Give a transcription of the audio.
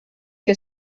que